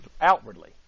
outwardly